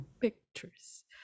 pictures